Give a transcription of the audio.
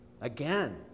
Again